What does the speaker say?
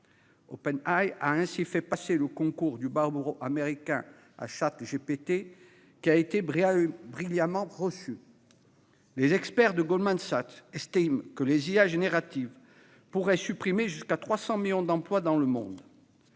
OpenAI a fait passer le concours du barreau américain à ChatGPT, qui a été brillamment reçu. Les experts de Goldman Sachs estiment ainsi que les IA génératives pourraient supprimer jusqu'à 300 millions d'emplois dans le monde.